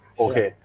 okay